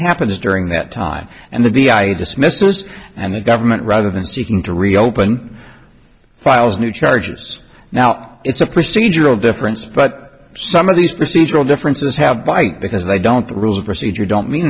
happens during that time and the b i dismiss this and the government rather than seeking to reopen files new charges now it's a procedural difference but some of these procedural differences have bite because they don't the rules of procedure don't mean